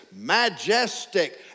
majestic